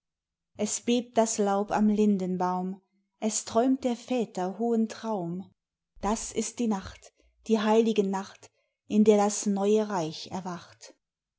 es bebt das laub am lindenbaum es träumt der väter hohen traum das ist die nacht die heilige nacht in der das neue reich erwacht